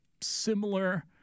similar